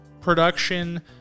production